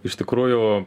iš tikrųjų